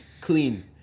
clean